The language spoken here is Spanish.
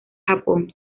japón